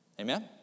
Amen